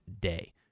day